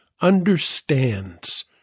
understands